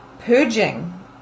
purging